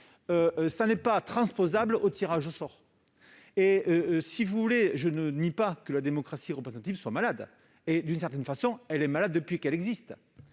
cela n'est pas transposable au tirage au sort. Je ne nie pas que la démocratie représentative soit malade. D'une certaine façon, elle est malade depuis qu'elle existe.